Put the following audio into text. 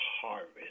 harvest